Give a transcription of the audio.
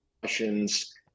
questions